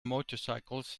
motorcycles